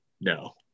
No